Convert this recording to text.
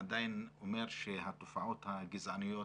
עדיין אומר שהתופעות הגזעניות